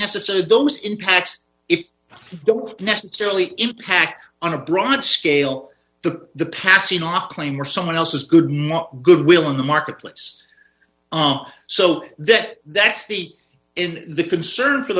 necessarily those impacts if you don't necessarily impact on a broad scale the the passing off claim or someone else's good not good will in the marketplace so that that's the in the concern for